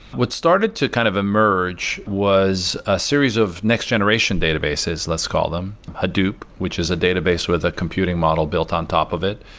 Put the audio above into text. what started to kind of emerge was a series of next-generation databases, let's call them. hadoop, which is a database with a computing model built on top of it,